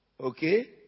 Okay